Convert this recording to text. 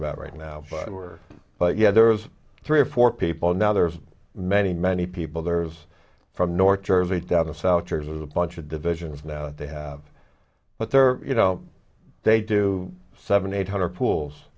about right now where but yeah there's three or four people now there's many many people there's from north jersey thousand souter's a bunch of divisions now they have but they're you know they do seven eight hundred pools